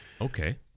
Okay